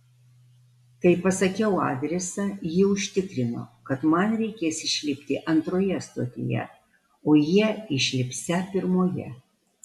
kai pasakiau adresą ji užtikrino kad man reikės išlipti antroje stotyje o jie išlipsią pirmoje